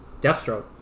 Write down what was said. Deathstroke